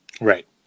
right